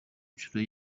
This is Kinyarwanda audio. nshuro